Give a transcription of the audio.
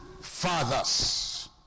fathers